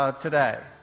today